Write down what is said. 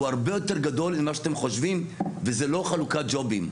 הוא הרבה יותר גדול ממה שאתם חושבים וזה לא חלוקת ג'ובים.